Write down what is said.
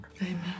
Amen